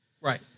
Right